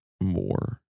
more